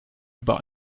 über